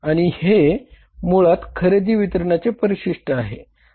आणि हे मुळात खरेदी वितरणाचे परिशिष्ट आहे